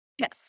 Yes